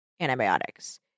antibiotics